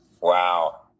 Wow